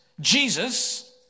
Jesus